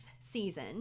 season